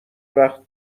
وقت